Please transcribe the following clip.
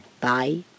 Bye